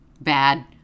Bad